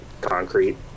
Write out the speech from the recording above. concrete